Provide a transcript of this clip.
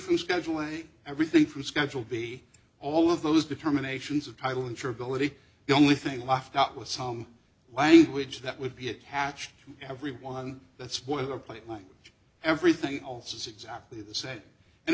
from scheduling everything from schedule b all of those determinations of title insure billeted the only thing left out with some language that would be attached everyone that's boilerplate language everything else is exactly the same and